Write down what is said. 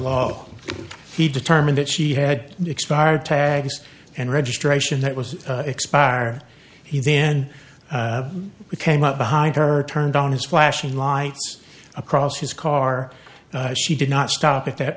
law he determined that she had expired tags and registration that was expired he then came up behind her turned on his flashing lights across his car she did not stop at that